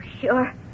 Sure